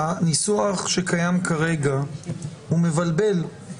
צריך לומר בצורה ישירה שברגע שערכה הגיעה למרלו"ג היא לא נפתחת,